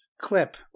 clip